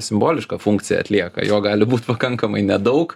simbolišką funkciją atlieka jo gali būt pakankamai nedaug